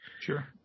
Sure